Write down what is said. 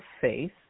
faith